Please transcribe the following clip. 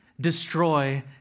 destroy